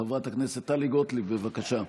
חברת הכנסת טלי גוטליב, בבקשה.